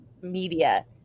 media